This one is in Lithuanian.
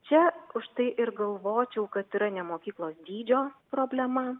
čia užtai ir galvočiau kad yra ne mokyklos dydžio problema